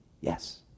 Yes